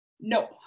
no